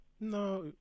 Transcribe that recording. No